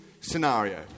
scenario